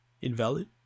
invalid